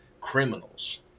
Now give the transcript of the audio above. criminals